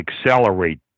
accelerate